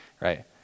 right